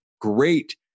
great